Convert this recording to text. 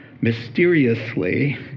mysteriously